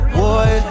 boy